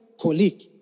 colleague